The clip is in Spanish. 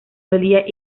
solía